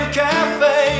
cafe